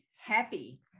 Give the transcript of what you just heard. happy